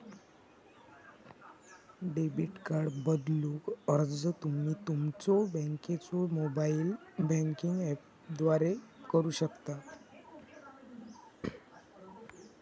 debit card बदलूक अर्ज तुम्ही तुमच्यो बँकेच्यो मोबाइल बँकिंग ऍपद्वारा करू शकता